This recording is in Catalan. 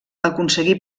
aconseguí